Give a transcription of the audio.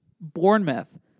Bournemouth